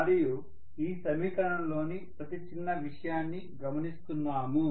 మనము ఈ సమీకరణం లోని ప్రతి చిన్న విషయాన్ని గమనిస్తున్నాము